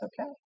okay